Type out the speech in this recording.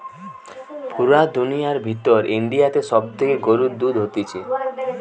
পুরা দুনিয়ার ভিতর ইন্ডিয়াতে সব থেকে গরুর দুধ হতিছে